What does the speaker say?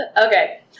Okay